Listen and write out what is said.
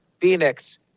Phoenix